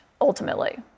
ultimately